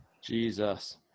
Jesus